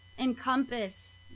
Encompass